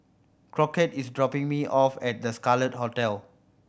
Crockett is dropping me off at The Scarlet Hotel